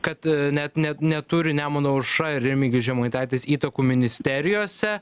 kad net ne neturi nemuno aušra ir remigijus žemaitaitis įtakų ministerijose